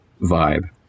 vibe